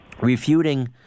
refuting